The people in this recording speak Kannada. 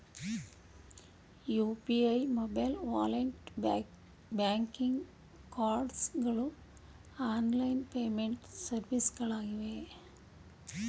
UPI, mobile wallet, banking cards ಗಳು ಆನ್ಲೈನ್ ಪೇಮೆಂಟ್ ಸರ್ವಿಸ್ಗಳಾಗಿವೆ